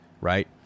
Right